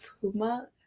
Puma